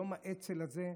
יום האצ"ל הזה,